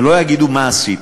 ולא יגידו מה עשית.